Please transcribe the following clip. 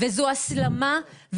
וזו הסלמה.